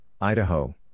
Idaho